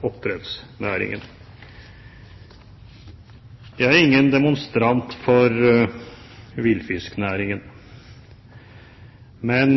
oppdrettsnæringen. Jeg er ingen demonstrant for villfisknæringen. Men